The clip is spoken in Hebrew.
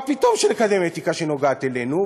מה פתאום שנקדם אתיקה שנוגעת אלינו,